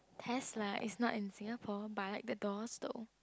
test lah is not in Singapore but the doors though